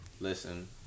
Listen